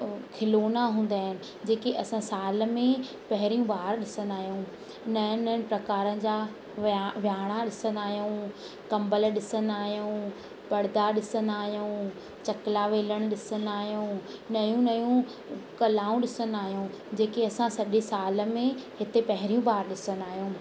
खिलौना हूंदा आहिनि जेके असां साल में पहरियों बार ॾिसंदा आहियूं नवंनि नवंनि प्रकारनि जा विहाड़ा ॾिसंदा आहियूं कंबल ॾिसंदा आहियूं पढ़ंदा ॾिसंदा आहियूं चकला वेलण ॾिसंदा आहियूं नयूं नयूं कलाऊं ॾिसंदा आहियूं जेके असां सॼे साल में हिते पहिरियूं बार ॾिसंदा आहियूं